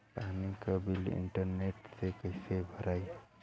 पानी के bill internet से कइसे भराई?